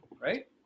right